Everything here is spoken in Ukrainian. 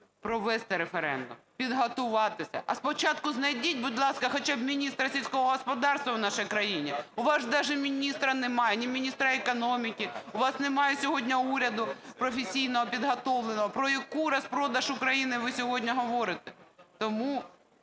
провести референдум, підготуватися, а спочатку знайдіть, будь ласка, хоча б міністра сільського господарства в нашій країні. У вас даже міністра немає. Ні міністра економіки. У вас немає сьогодні уряду професійно підготовленого. Про який розпродаж України ви сьогодні говорите? Тому